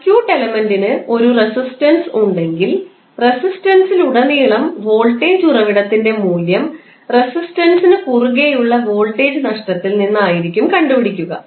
circuit എലിമെൻറിന് ഒരു resistance ഉണ്ടെങ്കിൽ റെസിസ്റ്റൻസിൽ ഉടനീളം വോൾട്ടേജ് ഉറവിടത്തിൻറെ മൂല്യം റെസിസ്റ്റൻസ് ന് കുറുകെയുള്ള വോൾട്ടേജ് നഷ്ടത്തിൽ നിന്നായിരിക്കും കണ്ടുപിടിക്കുക